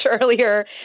earlier